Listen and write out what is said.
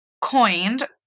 coined